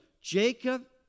Jacob